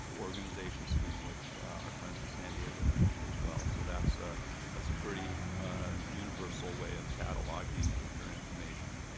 organization scheme which our friends in san diego mentioned as well. so that's ah that's a pretty universal way of cataloging your information.